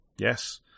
Yes